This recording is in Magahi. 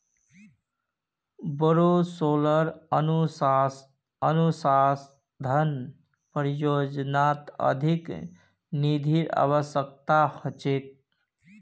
बोरो सोलर अनुसंधान परियोजनात अधिक निधिर अवश्यकता ह छेक